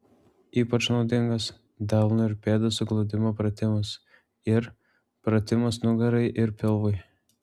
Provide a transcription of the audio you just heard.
ypač naudingas delnų ir pėdų suglaudimo pratimas ir pratimas nugarai ir pilvui